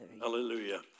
Hallelujah